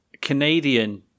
Canadian